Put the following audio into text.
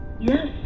Yes